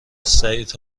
سعید